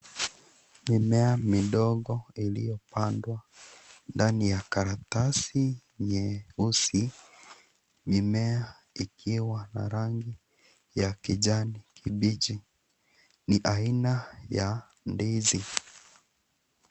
Mimea midogo iliyopandwa ndani ya karatasi nyeusi mimea ikiwa na rangi ya kijani kibichi . Ni aina ya ndizi.